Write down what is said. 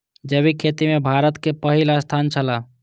जैविक खेती में भारत के पहिल स्थान छला